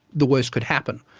the worst could happen.